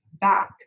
back